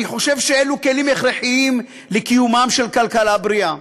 אני חושב שאלו כלים הכרחיים לקיומה של כלכלה בריאה.